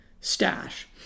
stash